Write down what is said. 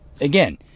Again